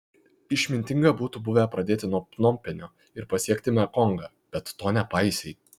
išmintinga būtų buvę pradėti nuo pnompenio ir pasiekti mekongą bet to nepaisei